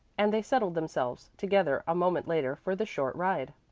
and they settled themselves together a moment later for the short ride.